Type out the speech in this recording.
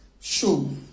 show